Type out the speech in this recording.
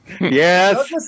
Yes